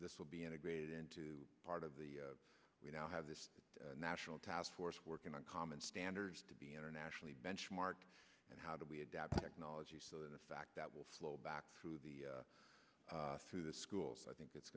this will be integrated into part of the we now have this national taskforce working on common standards to be internationally benchmarked and how do we adapt technology so that the fact that will flow back through the through the schools i think it's